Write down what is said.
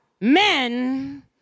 men